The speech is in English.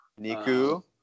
Niku